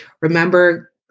Remember